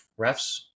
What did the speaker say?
refs